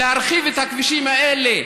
להרחיב את הכבישים האלה,